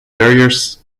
various